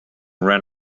ran